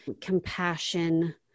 compassion